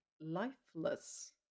lifeless